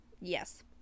Yes